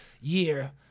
year